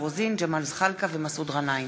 תודה.